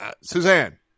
Suzanne